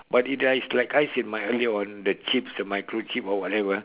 but it I it's like I said in my earlier on the chips the micro chips or whatever